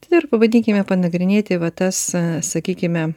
tada ir pabandykime panagrinėti va tas sakykime